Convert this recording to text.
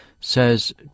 says